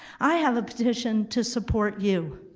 i have a petition to support you.